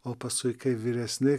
o paskui kai vyresni